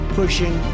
pushing